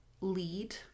lead